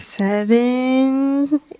Seven